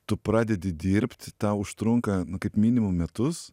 tu pradedi dirbti tau užtrunka kaip minimum metus